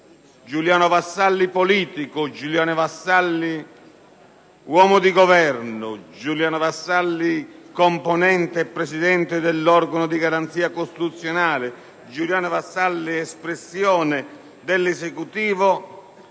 Giuliano Vassalli politico, Giuliano Vassalli uomo di governo, Giuliano Vassalli componente e presidente dell'organo di garanzia costituzionale, Giuliano Vassalli espressione dell'Esecutivo